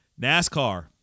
NASCAR